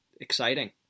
exciting